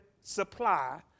supply